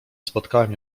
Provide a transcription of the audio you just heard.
spotkałem